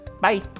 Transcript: bye